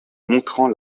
montrant